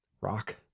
Rock